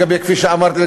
כפי שאמרתי,